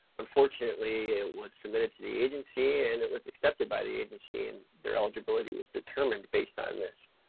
unfortunately it was submitted to the agency, and it was accepted by the agency, and their eligibility was determined based on this.